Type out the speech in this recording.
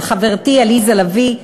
של חברתי עליזה לביא,